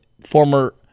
former